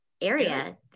area